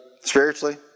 Spiritually